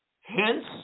Hence